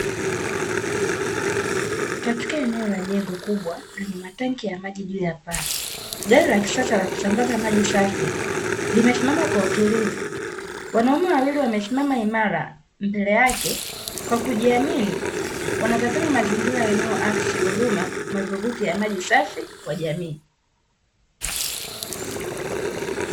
Katika eneo la jengo kubwa lenye matanki ya maji juu ya paa. Gari la kisasa la kusambaza maji safi limesimama kwa utulivu, wanaume wawili wamesimama imara mbele yake kwa kujiamini wanatazama mazingira yanayo akisi huduma madhubuti ya maji safi kwa jamii.